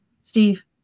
Steve